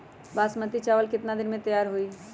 बासमती चावल केतना दिन में तयार होई?